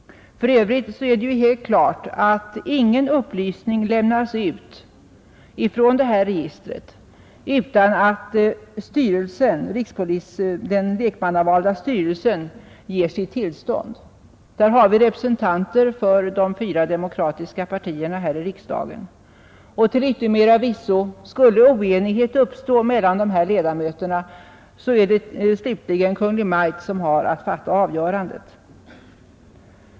För övrigt är det helt klart att ingen upplysning lämnas ut från detta register utan att den lekmannavalda styrelsen ger sitt tillstånd. I den finns representanter för de fyra demokratiska partierna här i riksdagen. Och till yttermera visso: Skulle oenighet uppstå mellan ledamöterna är det slutligen Kungl. Maj:t som fattar avgörandet.